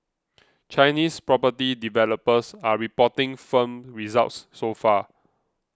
Chinese property developers are reporting firm results so far